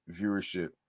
viewership